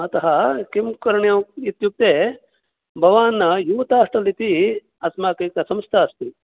अतः किं करणीयं इत्युक्ते भवान् यूतास्टल् इति अस्माकि संस्था अस्ति